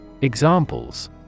Examples